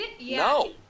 no